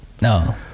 No